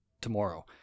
tomorrow